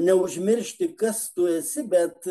neužmiršti kas tu esi bet